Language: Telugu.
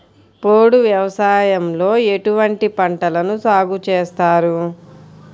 పోడు వ్యవసాయంలో ఎటువంటి పంటలను సాగుచేస్తారు?